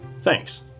Thanks